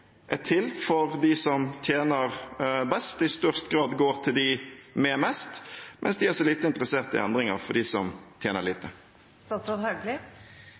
er til for dem som tjener best, i størst grad går til dem med mest, mens de er så lite interessert i endringer for dem som tjener